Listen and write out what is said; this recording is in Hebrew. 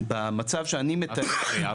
במצב שאני מתאר.